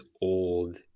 old